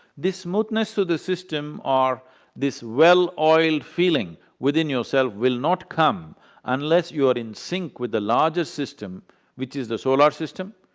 this smoothness to the system or this well-oiled feeling within yourself will not come unless you are in sync with the larger system which is the solar system.